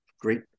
great